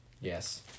Yes